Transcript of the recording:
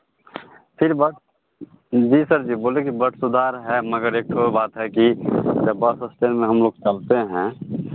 फिर बस जी सर जी बोले कि बस सुधार है मगर एक ठो बात है कि जब बस स्टैन्ड में हमलोग चलते हैं